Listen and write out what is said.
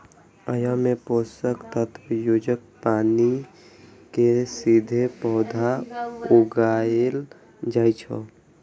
अय मे पोषक तत्व युक्त पानि मे सीधे पौधा उगाएल जाइ छै